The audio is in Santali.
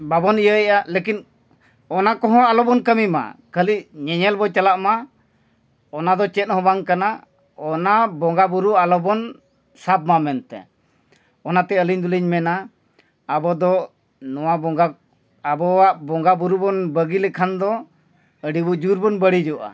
ᱵᱟᱵᱚᱱ ᱤᱭᱟᱹᱭᱮᱜᱼᱟ ᱞᱮᱠᱤᱱ ᱚᱱᱟ ᱠᱚᱦᱚᱸ ᱟᱞᱚ ᱵᱚᱱ ᱠᱟᱹᱢᱤ ᱢᱟ ᱠᱷᱟᱹᱞᱤ ᱧᱮᱧᱮᱞ ᱵᱚᱱ ᱪᱟᱞᱟᱜ ᱢᱟ ᱚᱱᱟ ᱫᱚ ᱪᱮᱫ ᱦᱚᱸ ᱵᱟᱝ ᱠᱟᱱᱟ ᱚᱱᱟ ᱵᱚᱸᱜᱟ ᱵᱩᱨᱩ ᱟᱞᱚ ᱵᱚᱱ ᱥᱟᱵ ᱢᱟ ᱢᱮᱱᱛᱮ ᱚᱱᱟᱛᱮ ᱟᱹᱞᱤᱧ ᱫᱚᱞᱤᱧ ᱢᱮᱱᱟ ᱟᱵᱚ ᱫᱚ ᱱᱚᱣᱟ ᱵᱚᱸᱜᱟ ᱟᱵᱚᱣᱟᱜ ᱵᱚᱸᱜᱟ ᱵᱩᱨᱩ ᱵᱚᱱ ᱵᱟᱹᱜᱤ ᱞᱮᱠᱷᱟᱱ ᱫᱚ ᱟᱹᱰᱤ ᱵᱚ ᱡᱳᱨ ᱵᱚᱱ ᱵᱟᱹᱲᱤᱡᱚᱜᱼᱟ